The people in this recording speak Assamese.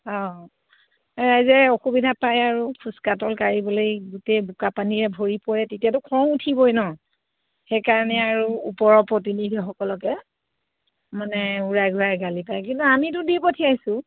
অঁ ৰাইজে অসুবিধা পায় আৰু খোজ কাতল কাঢ়িবলৈ গোটেই বোকা পানীৰে ভৰি পৰে তেতিয়াতো খং উঠিবই ন সেইকাৰণে আৰু ওপৰৰ প্ৰতিনিধীসকলকে মানে উৰাই ঘূৰাই গালি পাৰে কিন্তু আমিতো দি পঠিয়াইছো